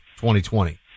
2020